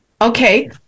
okay